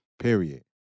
Period